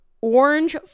Orange